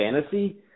fantasy